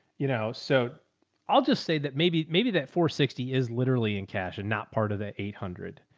you know, so i'll just say that maybe, maybe that four sixty is literally in cash and not part of the eight hundred.